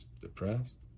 depressed